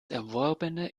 erworbene